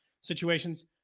situations